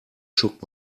shook